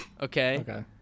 Okay